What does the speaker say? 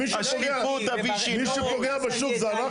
מי שפוגע בשוק זה אנחנו?